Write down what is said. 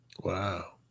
wow